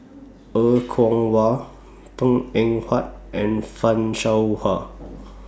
Er Kwong Wah Png Eng Huat and fan Shao Hua